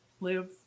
live